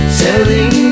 selling